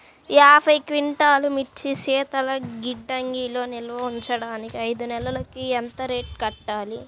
యాభై క్వింటాల్లు మిర్చి శీతల గిడ్డంగిలో నిల్వ ఉంచటానికి ఐదు నెలలకి ఎంత రెంట్ కట్టాలి?